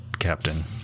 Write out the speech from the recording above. captain